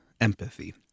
empathy